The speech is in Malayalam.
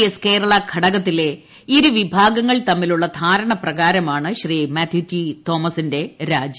എസ് കേരളാ ഘടകത്തിലെ ഇരുവിഭാഗങ്ങൾ തമ്മിലുള്ള ധാരണപ്രകാരമാണ് മാത്യു ടി തോമസിന്റെ രാജി